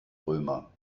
römer